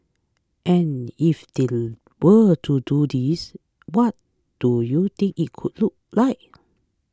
and if they were to do this what do you think it could look like